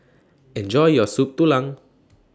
Enjoy your Soup Tulang